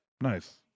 Nice